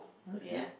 looks good